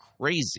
crazy